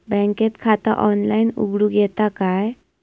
बँकेत खाता ऑनलाइन उघडूक येता काय?